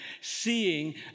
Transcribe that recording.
seeing